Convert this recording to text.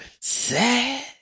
sad